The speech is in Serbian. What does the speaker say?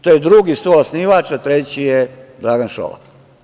To je drugi suosnivač, a treći je Dragan Šolak.